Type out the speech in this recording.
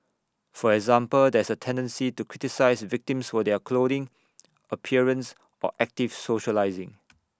for example there is A tendency to criticise victims for their clothing appearance or active socialising